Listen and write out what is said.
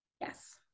Yes